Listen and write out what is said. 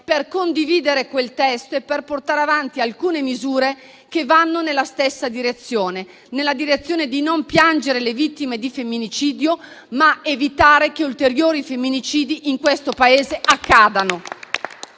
per condividere quel testo e per portare avanti alcune misure che vanno nella stessa direzione, ovvero di non piangere le vittime di femminicidio, ma di evitare che ulteriori femminicidi accadano